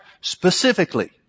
specifically